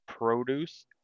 produce